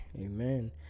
amen